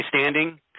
standing